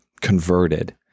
converted